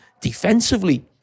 defensively